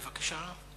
בבקשה.